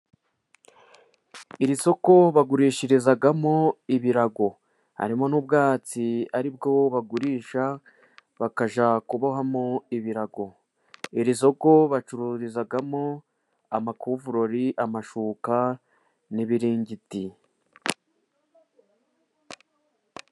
Iri soko bagurishirizamo ibirago， harimo n'ubwatsi ari bwo bagurisha bakajya kubohamo ibirago. Iri soko bacururizamo amakuvureri, amashuka n'ibiringiti.